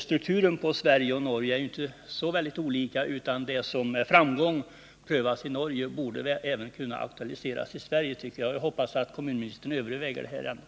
Strukturerna på Sverige och Norge är ju inte så olika, och det som med framgång har prövats i Norge borde även kunna aktualiseras i Sverige. Jag hoppas att kommunministern överväger detta.